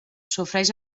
sofreix